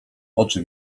oczy